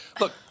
Look